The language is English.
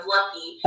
Lucky